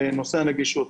הנגישות.